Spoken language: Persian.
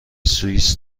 سوئیس